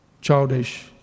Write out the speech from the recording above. childish